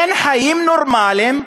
אין חיים נורמליים.